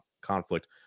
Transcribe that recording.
conflict